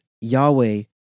Yahweh